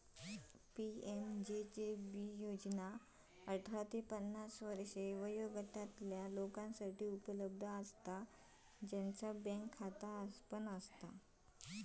PMJJB योजना अठरा ते पन्नास वर्षे वयोगटातला लोकांसाठी उपलब्ध असा ज्यांचा बँक खाता हा